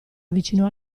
avvicinò